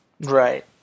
right